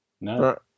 No